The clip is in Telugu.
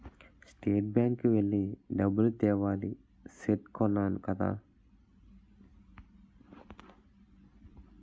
స్టేట్ బ్యాంకు కి వెళ్లి డబ్బులు తేవాలి సైట్ కొన్నాను కదా